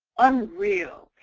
unreal,